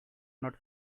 not